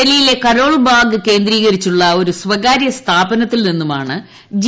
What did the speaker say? ഡൽഹിയിലെ കരോൾബാഗ് കേന്ദ്രീകരിച്ചുള്ള ഒരു സ്വകാര്യ സ്ഥാപനത്തിൽ നിന്നുമാണ് ജി